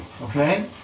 Okay